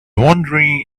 wondering